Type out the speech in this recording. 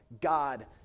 God